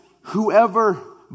whoever